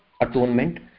atonement